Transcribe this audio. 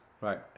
Right